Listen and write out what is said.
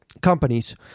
companies